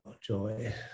joy